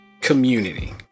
community